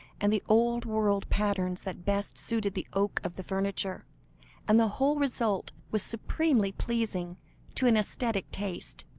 and the old-world patterns that best suited the oak of the furniture and the whole result was supremely pleasing to an aesthetic taste.